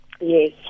Yes